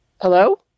Hello